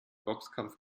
boxkampf